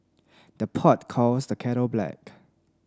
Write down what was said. the pot calls the kettle black